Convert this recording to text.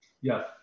yes